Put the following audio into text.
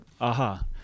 aha